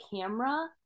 camera